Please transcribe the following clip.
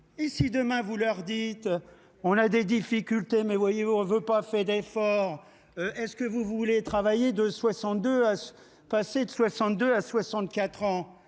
Et demain, vous leur dites. On a des difficultés, mais voyez-vous, on ne veut pas fait d'effort. Est ce que vous voulez travailler de 62 à se passer